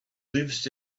lives